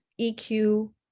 EQ